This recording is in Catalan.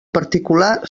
particular